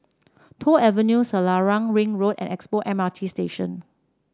Toh Avenue Selarang Ring Road and Expo M R T Station